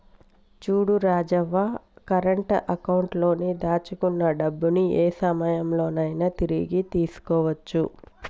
చూడు Rajavva current account లో దాచుకున్న డబ్బుని ఏ సమయంలో నైనా తిరిగి తీసుకోవచ్చు